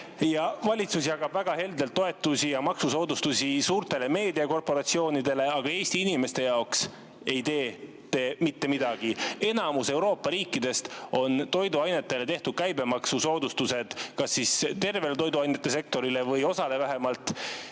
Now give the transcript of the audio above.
peatunud. Valitsus jagab väga heldelt toetusi ja maksusoodustusi suurtele meediakorporatsioonidele, aga Eesti inimeste jaoks ei tee te mitte midagi. Enamik Euroopa riike on teinud toiduainetele käibemaksusoodustused – kas tervele toiduainetesektorile või osale vähemalt.